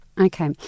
Okay